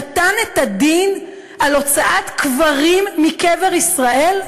נתן את הדין על הוצאת מתים מקבר ישראל,